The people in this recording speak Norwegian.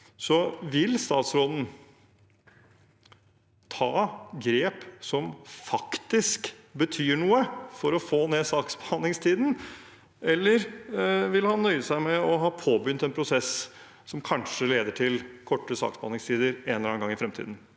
Vil statsråden ta grep som faktisk betyr noe for å få ned saksbehandlingstiden, eller vil han nøye seg med å ha påbegynt en prosess som kanskje leder til kortere saksbehandlingstider en eller annen gang i fremtiden?